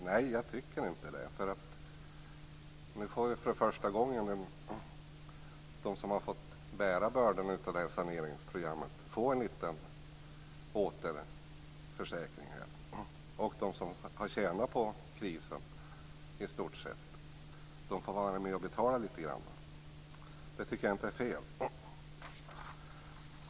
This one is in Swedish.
Nej, jag tycker inte det. Nu får de som har fått bära bördorna av saneringsprogrammet för första gången en liten återförsäkring, och de som i stort sett har tjänat på krisen får vara med och betala litet. Jag tycker inte att det är fel.